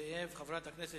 חבר הכנסת